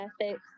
ethics